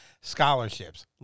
scholarships